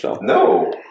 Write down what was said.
No